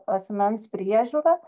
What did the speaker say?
asmens priežiūra